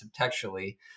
subtextually